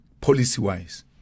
policy-wise